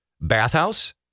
bathhouse